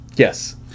Yes